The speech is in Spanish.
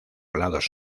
lados